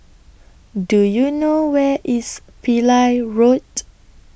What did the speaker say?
Do YOU know Where IS Pillai Road